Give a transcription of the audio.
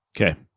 Okay